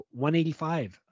185